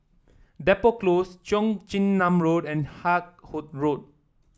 Depot Close Cheong Chin Nam Road and Haig Hot Road